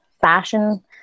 fashion